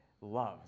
loves